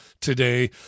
today